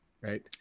right